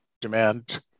demand